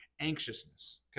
anxiousness